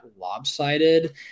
lopsided